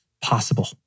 possible